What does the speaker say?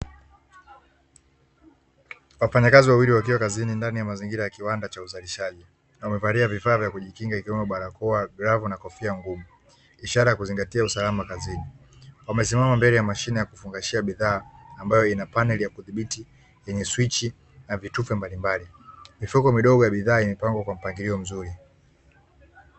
Wafanyakazi wawili wakiwa kazini ndani ya mazingira ya kiwanda cha uzalishaji, wamevalia vifaa vya kujikinga ikiwemo barakoa glavu na kofia ngumu ishara ya kuzingatia usalama kazini, wamesimama mbele ya mashine ya kufungashia bidhaa ambayo ina paneli ya kudhibiti yenye swichi na vitufe mbalimbali, mifuko midogo ya bidhaa imepangwa kwa mpangilio mzuri.